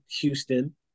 Houston